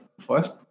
first